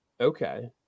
Okay